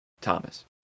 Thomas